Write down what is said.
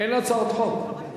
אין הצעות חוק.